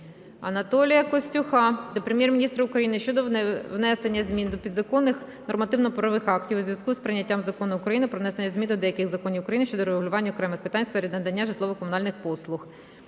Анатолія Костюха до Прем'єр-міністра України щодо внесення змін до підзаконних нормативно-правових актів у зв`язку з прийняттям Закону України "Про внесення змін до деяких законів України щодо врегулювання окремих питань у сфері надання житлово-комунальних послуг"